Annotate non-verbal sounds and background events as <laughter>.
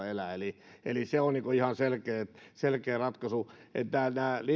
<unintelligible> elää eli eli se on ihan selkeä ratkaisu nämä